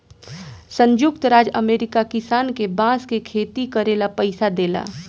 संयुक्त राज्य अमेरिका किसान के बांस के खेती करे ला पइसा देला